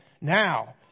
Now